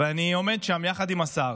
ואני עומד שם יחד עם השר,